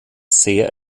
sehr